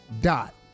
dot